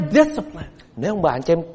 discipline